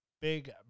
big